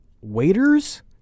waiters